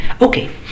Okay